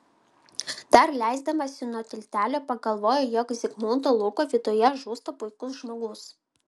dar leisdamasi nuo tiltelio pagalvoju jog zigmundo luko viduje žūsta puikus žmogus